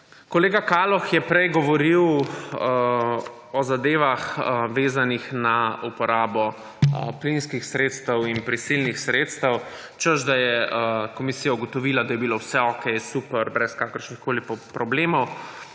Kolega Kaloh je prej govoril o zadevah, vezanih na uporabo plinskih sredstev in prisilnih sredstev, češ da je komisija ugotovila, da je bilo vse okej, super, brez kakršnihkoli problemov.